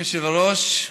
אדוני היושב-ראש,